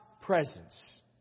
presence